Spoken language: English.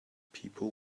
people